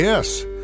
Yes